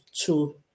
two